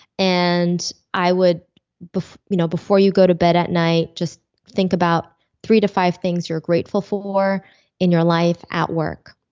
and i would before you know before you go to bed at night, just think about three to five things you're grateful for in your life at work,